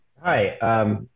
Hi